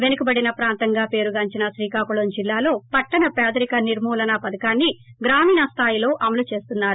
పెసుకబడిన ప్రాంతంగా పేరుగాంచీన శ్రీకాకుళం జిల్లాలో పట్టణ పేదరిక నిర్ములునా పథకం గ్రామీణ స్థాయిలో అమలుచేస్తున్నారు